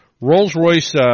Rolls-Royce